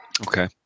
Okay